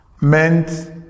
meant